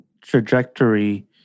trajectory